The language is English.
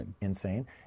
insane